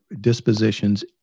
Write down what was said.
dispositions